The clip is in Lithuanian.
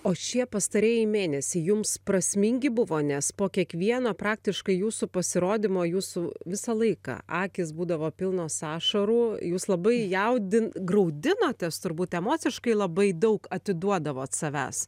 o šie pastarieji mėnesiai jums prasmingi buvo nes po kiekvieno praktiškai jūsų pasirodymo jūsų visą laiką akys būdavo pilnos ašarų jūs labai jaudin graudinotės turbūt emociškai labai daug atiduodavot savęs